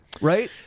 right